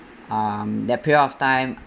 um that period of time